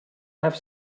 have